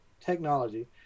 technology